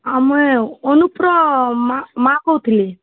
ହଁ ମୁଇଁ ଅନୁପର ମା ମା କହୁଥିଲି